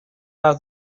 out